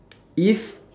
if